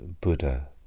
Buddha